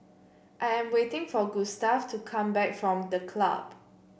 I am waiting for Gustaf to come back from The Club